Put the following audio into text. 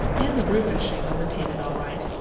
and the roof is shingled and painted all right.